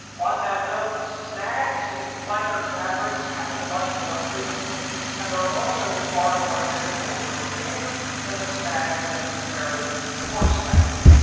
on that note, snags in finer fabrics happen much more frequently and are also far more difficult to repair than a snag in a comparatively coarse fabric.